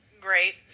great